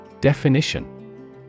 Definition